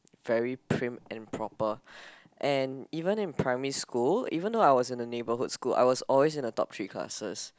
very prim and proper and even in primary school even though I was in a neighbourhood school I was always in the top three classes